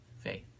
faith